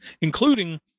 including